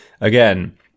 again